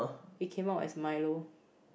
it came out as Milo